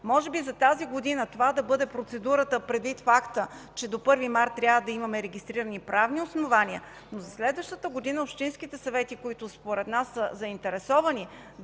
Може би за тази година това да бъде процедурата предвид факта, че до 1 март трябва да имаме регистрирани правни основания, но за следващата година общинските съвети, които според нас са заинтересовани